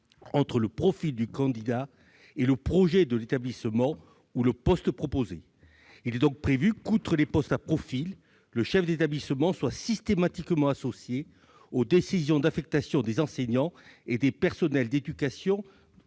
entre le profil du candidat et le projet de l'établissement ou le poste proposé. Outre les postes à profil, il est donc prévu que le chef d'établissement soit systématiquement associé aux décisions d'affectation des enseignants et des personnels d'éducation